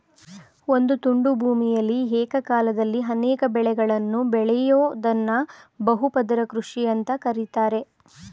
ಒಂದು ತುಂಡು ಭೂಮಿಯಲಿ ಏಕಕಾಲದಲ್ಲಿ ಅನೇಕ ಬೆಳೆಗಳನ್ನು ಬೆಳಿಯೋದ್ದನ್ನ ಬಹು ಪದರ ಕೃಷಿ ಅಂತ ಕರೀತಾರೆ